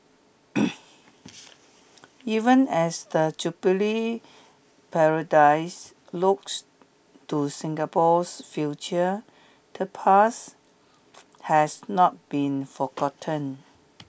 even as the Jubilee paradise looks to Singapore's future the past has not been forgotten